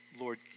Lord